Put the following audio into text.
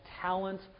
talent